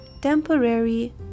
temporary